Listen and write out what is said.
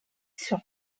sur